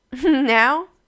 now